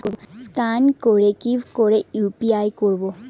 Scan করে কি করে ইউ.পি.আই করবো?